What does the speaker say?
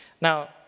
now